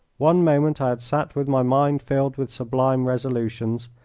one moment i had sat with my mind filled with sublime resolutions,